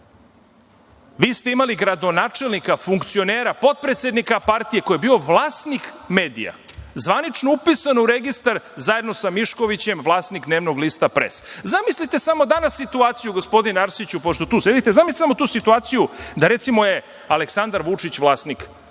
vi ste imali gradonačelnika, funkcionera, potpredsednika partije, koji je bio vlasnik medija, zvanično upisan u registar zajedno sa Miškovićem, vlasnik dnevnog lista „Pres“. Zamislite samo danas situaciju, gospodine Arsiću, pošto tu sedite, zamislite samo tu situaciju, recimo, da je Aleksandar Vučić vlasnik nekog